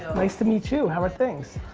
ah nice to meet you, how are things?